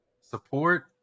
support